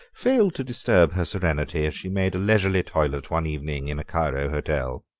failed to disturb her serenity as she made a leisurely toilet one evening in a cairo hotel.